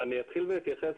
אני אתחיל ואתייחס